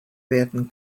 werden